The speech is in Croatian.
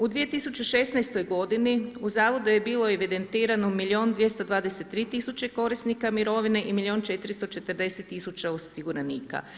U 2016. godini u zavodu je bilo evidentirano milijun 223 tisuće korisnika mirovine i milijun 440 tisuća osiguranika.